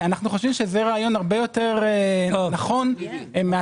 אנו חושבים שזה רעיון הרבה יותר נכון מאשר